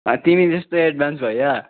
तिमी त्यस्तो एडभान्स भैया